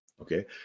okay